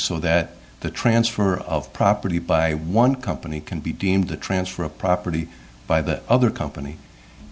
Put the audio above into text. so that the transfer of property by one company can be deemed the transfer of property by the other company